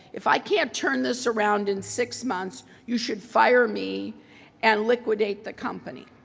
if i can't turn this around in six months you should fire me and liquidate the company.